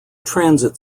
transit